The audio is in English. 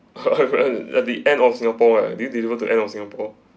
at the end of singapore like do you deliver to end of singapore